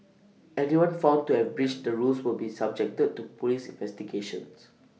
anyone found to have breached the rules will be subjected to Police investigations